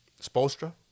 Spolstra